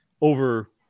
over